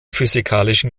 physikalischen